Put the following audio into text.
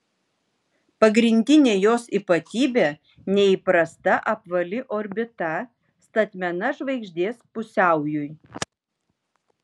pagrindinė jos ypatybė neįprasta apvali orbita statmena žvaigždės pusiaujui